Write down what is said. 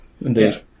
indeed